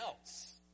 else